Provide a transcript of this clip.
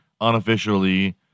unofficially